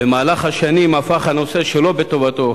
במהלך השנים הפך הנושא, שלא בטובתו